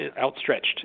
outstretched